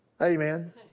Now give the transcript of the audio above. Amen